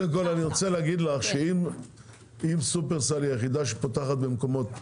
אם שופרסל היא היחידה שפותחת במקומות מסוימים,